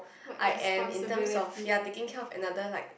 I am intern of ya taking care of another like